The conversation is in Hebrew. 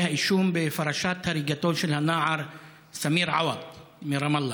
האישום בפרשת הריגתו של הנער סמיר עווד מרמאללה,